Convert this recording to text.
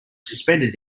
suspended